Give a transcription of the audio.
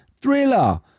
thriller